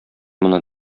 моны